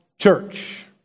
church